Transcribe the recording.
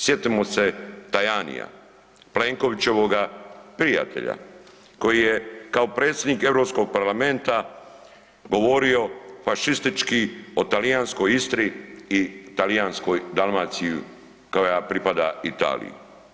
Sjetimo se Tajanija, Plenkovićevoga prijatelja koji je kao predsjednik Europskog parlamenta govorio fašistički o talijanskoj Istri i talijanskoj Dalmaciji koja pripada Italiji.